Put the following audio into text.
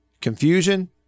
confusion